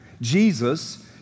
Jesus